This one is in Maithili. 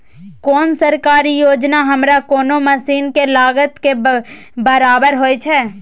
कोन सरकारी योजना हमरा कोनो मसीन के लागत के बराबर होय छै?